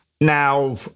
Now